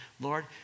Lord